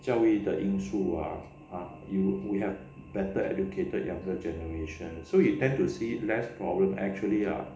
教育的因素啊 you we have better educated younger generation so you tend to see less problem actually ah